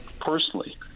personally